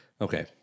Okay